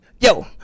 Yo